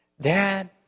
Dad